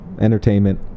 entertainment